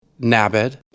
Nabed